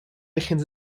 begint